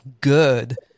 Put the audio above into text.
good